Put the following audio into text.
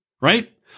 Right